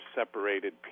separated